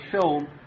film